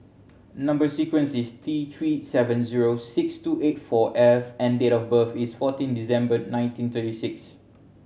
number sequence is T Three seven zero six two eight four F and date of birth is fourteen December nineteen thirty six